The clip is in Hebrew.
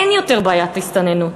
אין יותר בעיית הסתננות.